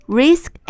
risk